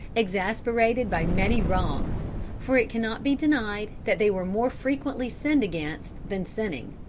exasperated by many wrongs for it cannot be denied that they were more frequently sinned against than sinning.